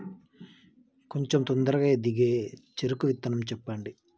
కొంచం తొందరగా ఎదిగే చెరుకు విత్తనం చెప్పండి?